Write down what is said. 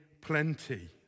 plenty